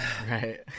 Right